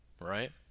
right